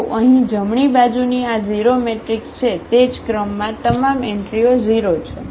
તો અહીં જમણી બાજુની આ 0 મેટ્રિક્સ છે તે જ ક્રમમાં તમામ એન્ટ્રીઓ 0 છે